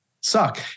suck